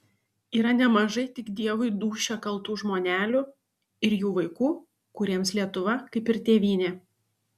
yra nemažai tik dievui dūšią kaltų žmonelių ir jų vaikų kuriems lietuva kaip ir tėvynė